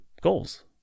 goals